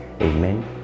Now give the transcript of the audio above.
Amen